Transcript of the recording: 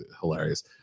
hilarious